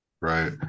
Right